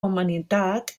humanitat